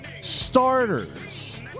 starters